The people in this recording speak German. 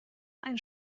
ein